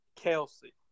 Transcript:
Kelsey